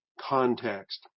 context